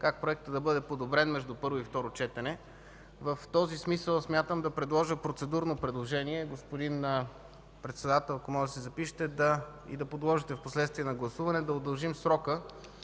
как той да бъде подобрен между първо и второ четене. В този смисъл смятам да предложа процедурно предложение. Господин Председател, ако можете да си запишете и да подложите впоследствие на гласуване – да удължим срока